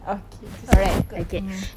okay sa~ se~ kue~ mm